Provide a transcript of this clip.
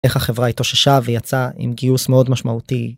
איך החברה התאוששה ויצאה עם גיוס מאוד משמעותי.